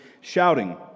shouting